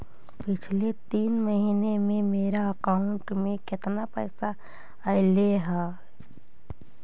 पिछले महिना में मेरा अकाउंट में केतना पैसा अइलेय हे?